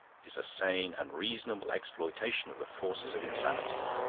is a sane and reasonable exploitation of the forces of insanity.